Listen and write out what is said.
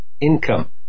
income